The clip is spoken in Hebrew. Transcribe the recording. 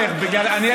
לא, לא, אל תלך לשם.